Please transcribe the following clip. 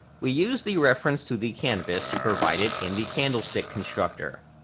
we use the reference to the canvas to provide it in the candlestick constructor.